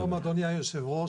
שלום אדוני יושב הראש,